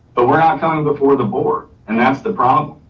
but we're not coming before the board. and that's the problem.